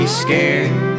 scared